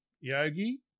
Yogi